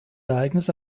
ereignisse